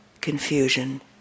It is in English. confusion